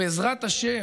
למנוע, לשמור,